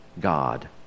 God